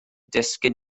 disgyn